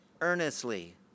earnestly